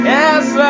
Yes